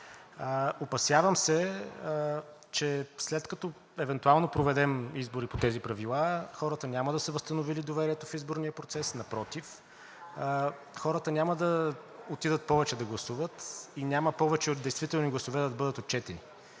Опасявам се, че след като евентуално проведем избори по тези правила, хората няма да са възстановили доверието в изборния процес, напротив, хората няма да отидат повече да гласуват и няма повече действителни гласове да бъдат отчетени.